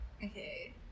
Okay